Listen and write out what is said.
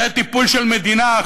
זה טיפול של מדינה,